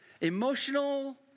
emotional